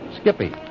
Skippy